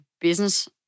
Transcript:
business